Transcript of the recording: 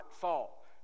fall